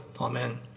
Amen